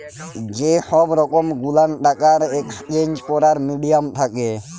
যে সহব রকম গুলান টাকার একেসচেঞ্জ ক্যরার মিডিয়াম থ্যাকে